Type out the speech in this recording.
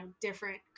different